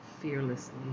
fearlessly